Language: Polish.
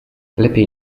lepiej